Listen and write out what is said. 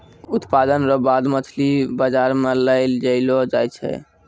उत्पादन रो बाद मछली बाजार मे लै जैलो जाय छै